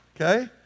okay